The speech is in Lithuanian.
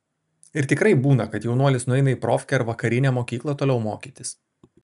ir tikrai būna kad jaunuolis nueina į profkę ar vakarinę mokyklą toliau mokytis